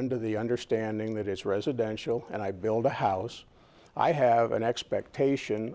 under the understanding that it's residential and i build a house i have an expectation